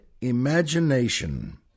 Imagination